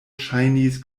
ŝajnis